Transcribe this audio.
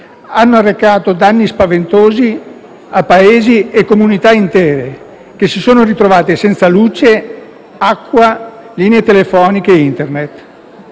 hanno arrecato danni spaventosi a paesi e comunità intere, che si sono ritrovate senza luce, acqua, linee telefoniche e Internet.